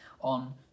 on